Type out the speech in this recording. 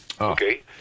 Okay